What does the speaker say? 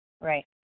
Right